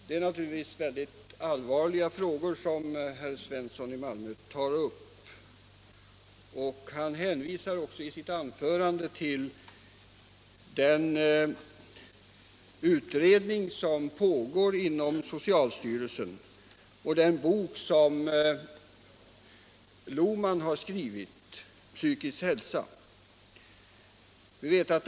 Det är naturligtvis mycket allvarliga frågor som herr Svensson i Malmö tar upp. Han hänvisar också i sitt anförande till den utredning som pågår inom socialstyrelsen och till den bok som Hans Lohmann har skrivit Psykisk hälsa och mänsklig miljö.